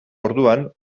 orduan